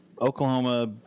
Oklahoma